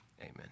amen